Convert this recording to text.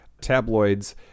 tabloids